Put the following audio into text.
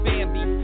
Bambi